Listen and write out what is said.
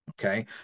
Okay